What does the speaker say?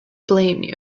blame